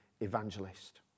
evangelist